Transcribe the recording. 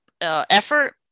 effort